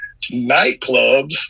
nightclubs